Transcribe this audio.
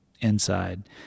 inside